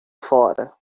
fora